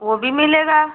वो भी मिलेगा